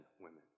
women